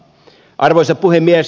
arvoisa puhemies